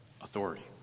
authority